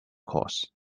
course